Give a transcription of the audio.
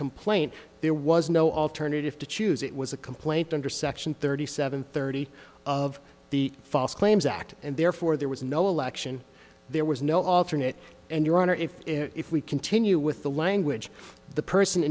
complaint there was no alternative to choose it was a complaint under section thirty seven thirty of the false claims act and therefore there was no election there was no alternate and your honor if if we continue with the language the person